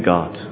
God